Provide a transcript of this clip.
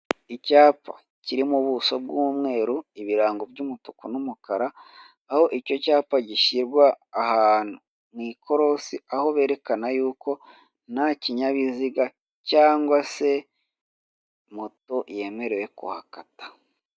Icyapa kirimo ubuso bw'umweru, ibirango by'umutuku n'umukara, aho icyo cyapa gishyirwa ahantu mu ikorosi, aho berekana ko nta kinyabiziga cyangwa se moto yemerewe kuhakata.